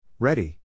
Ready